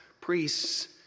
priests